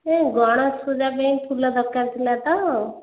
ହଁ ଗଣେଶ ପୂଜା ପାଇଁ ଫୁଲ ଦରକାର ଥିଲା ତ